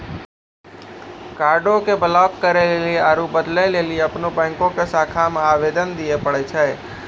कार्डो के ब्लाक करे लेली आरु बदलै लेली अपनो बैंको के शाखा मे आवेदन दिये पड़ै छै